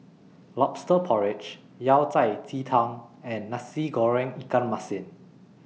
Lobster Porridge Yao Cai Ji Tang and Nasi Goreng Ikan Masin